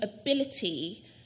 ability